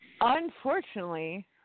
Unfortunately